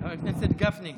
חבר הכנסת גפני,